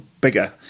bigger